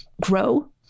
grow